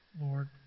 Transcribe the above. Lord